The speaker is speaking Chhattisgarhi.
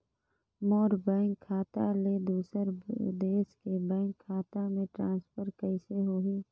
मोर बैंक खाता ले दुसर देश के बैंक खाता मे ट्रांसफर कइसे होही?